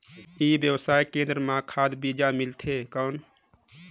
ई व्यवसाय केंद्र मां खाद बीजा मिलथे कौन?